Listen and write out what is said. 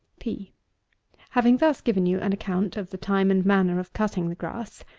p having thus given you an account of the time and manner of cutting the grass,